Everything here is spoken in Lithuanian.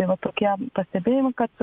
tai va tokie pastebėjimai kad